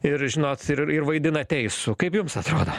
ir žino ir ir vaidina teisų kaip jums atrodo